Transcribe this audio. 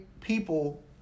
people